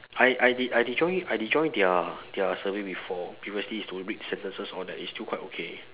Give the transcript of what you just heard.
I I did I did join their I did join their their survey before previously is to read sentences all that it's still quite okay